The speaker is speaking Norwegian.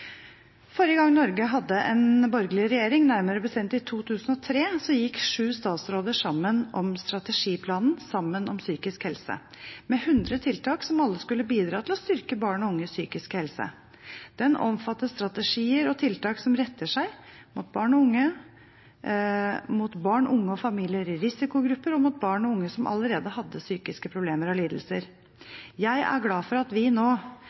Forrige gang Norge hadde en borgerlig regjering, nærmere bestemt i 2003, gikk sju statsråder sammen om strategiplanen …sammen om psykisk helse… med 100 tiltak som alle skulle bidra til å styrke barn og unges psykiske helse. Den omfattet strategier og tiltak som rettet seg mot barn og unge, mot barn, unge og familier i risikogrupper og mot barn og unge som allerede hadde psykiske problemer og lidelser. Jeg er glad for at vi nå,